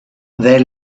they